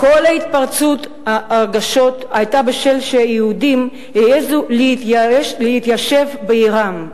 כל התפרצות הרגשות היתה בשל שהיהודים העזו להתיישב בעירם.